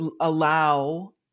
allow